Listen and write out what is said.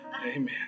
Amen